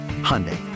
Hyundai